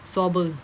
swabber